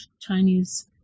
Chinese